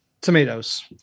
Tomatoes